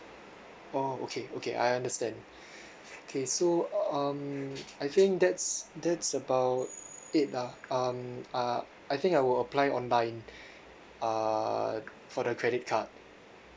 orh okay okay I understand okay so um I think that's that's about it lah um uh I think I will apply online uh for the credit card